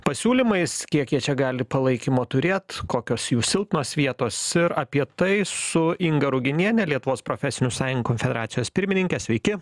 pasiūlymais kiek jie čia gali palaikymo turėt kokios jų silpnos vietos ir apie tai su inga ruginiene lietuvos profesinių sąjungų konfederacijos pirmininke sveiki